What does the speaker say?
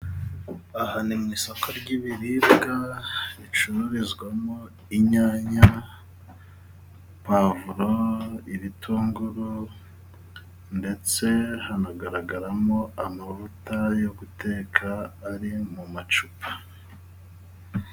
Aha ni mu isoko ry'ibiribwa ricururizwamo inyanya, pavuro, ibitunguru, ndetse hanagaragaramo amavuta yo guteka ari mu macupa.